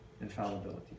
infallibility